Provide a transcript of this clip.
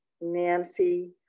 Nancy